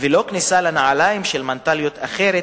ולא כניסה לנעליים של מנטליות אחרת,